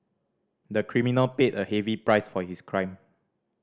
the criminal paid a heavy price for his crime